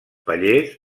pallers